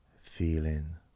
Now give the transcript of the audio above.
feeling